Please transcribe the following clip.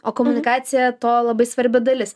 o komunikacija to labai svarbi dalis